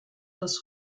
des